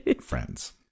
friends